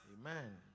Amen